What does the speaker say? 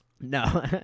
No